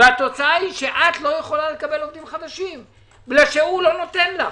התוצאה היא שאת לא יכולה לקבל עובדים חדשים כי הוא לא נותן לך.